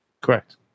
Correct